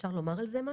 אפשר לומר על זה משהו?